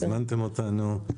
תודה שהזמנתם אותנו.